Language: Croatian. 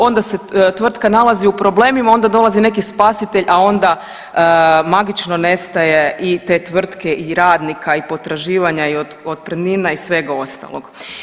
Onda se tvrtka nalazi u problemima, onda dolazi neki spasitelj, a onda magično nestaje i te tvrtke i radnika i potraživanja i otpremnina i svega ostalog.